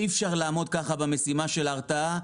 אי אפשר לעמוד כך במשימה של ההרתעה.